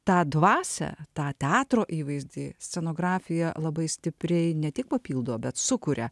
tą dvasią tą teatro įvaizdį scenografija labai stipriai ne tik papildo bet sukuria